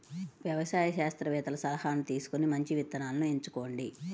వ్యవసాయ శాస్త్రవేత్తల సలాహాను తీసుకొని మంచి విత్తనాలను ఎంచుకోండి